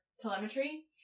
telemetry